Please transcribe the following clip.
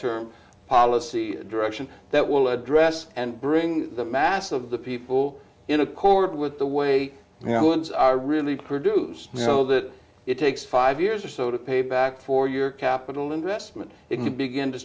term policy direction that will address and bring the mass of the people in accord with the way you know winds are really produced so that it takes five years or so to pay back for your capital investment if you begin to